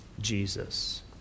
Jesus